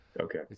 okay